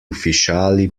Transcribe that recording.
ufficiali